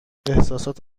احسسات